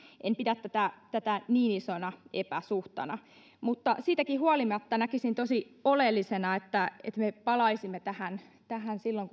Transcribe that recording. en pidä tätä tätä niin isona epäsuhtana mutta siitäkin huolimatta näkisin tosi oleellisena että että me palaisimme tähän tähän silloin